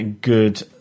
good